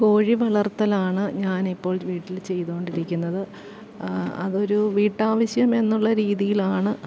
കോഴി വളർത്തലാണ് ഞാനിപ്പോൾ വീട്ടിൽ ചെയ്തുകൊണ്ടിരിക്കുന്നത് അതൊരു വീട്ടാവശ്യം എന്നുള്ള രീതിയിലാണ്